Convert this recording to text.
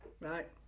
Right